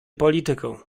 polityką